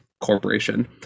Corporation